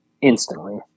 Instantly